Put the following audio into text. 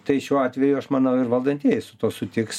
tai šiuo atveju aš manau ir valdantieji su tuo sutiks